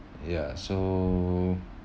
ya so